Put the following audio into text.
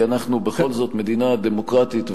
כי אנחנו בכל זאת מדינה דמוקרטית,